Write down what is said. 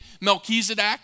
Melchizedek